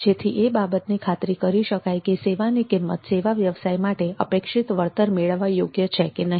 જેથી એ બાબતની ખાતરી કરી શકાય કે સેવાની કિંમત સેવા વ્યવસાય માટે અપેક્ષિત વળતર મેળવવા યોગ્ય છે કે નહીં